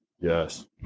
Yes